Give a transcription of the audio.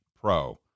pro